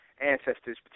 Ancestors